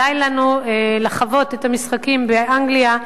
די לנו לחוות את המשחקים באנגליה,